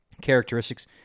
characteristics –